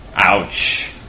Ouch